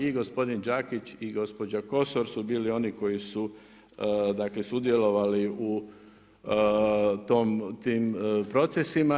I gospodin Đakić i gospođa Kosor su bili oni koji su dakle sudjelovali u tim procesima.